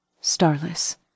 starless